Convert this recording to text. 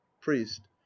priest